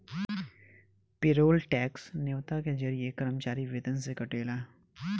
payroll tax न्योता के जरिए कर्मचारी वेतन से कटेला